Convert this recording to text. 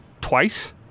twice